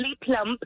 plump